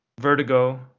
vertigo